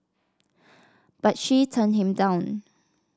but she turned him down